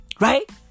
Right